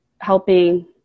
helping